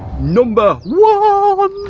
number one.